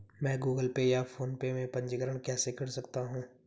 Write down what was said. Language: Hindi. मैं गूगल पे या फोनपे में पंजीकरण कैसे कर सकता हूँ?